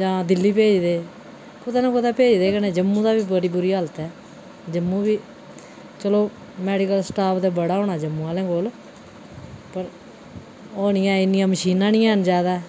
जां दिल्ली भेजदे कुतै ना कुतै भेज दे गै न जम्मू दा बी बड़ी बुरी हालत ऐ जम्मू बी चलो मैडिकल स्टाफ ते बड़ा होना जम्मू आह्लें कोल पर ओह् निं ऐ इन्नियां मशीनां नि हैन ज्यादा